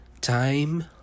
time